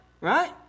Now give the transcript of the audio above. right